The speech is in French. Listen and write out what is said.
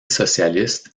socialiste